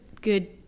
good